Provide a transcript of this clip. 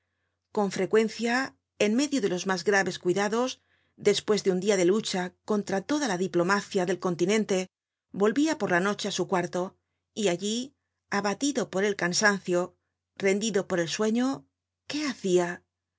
con frecuencia en medio de los mas graves cuidados despues de un dia de lucha contra toda la diplomacia del continente volvía por la noche á su cuarto y allí abatido por el cansancio rendido por el sueño qué hacia